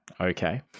okay